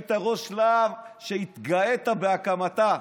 כשהיית ראש להב, שהתגאית בהקמתה.